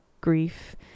grief